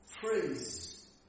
phrase